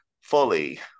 fully